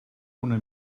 una